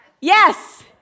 Yes